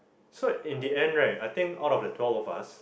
so in the end right I think out of the twelve of us